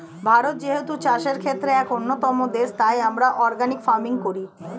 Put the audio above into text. ভারত যেহেতু চাষের ক্ষেত্রে এক অন্যতম দেশ, তাই আমরা অর্গানিক ফার্মিং করি